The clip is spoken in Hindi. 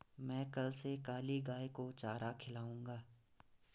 मैं कल से काली गाय को चारा खिलाऊंगा